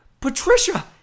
Patricia